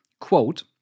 Quote